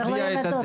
מדובר על קטינים.